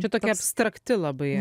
čia tokia abstrakti labai